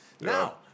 Now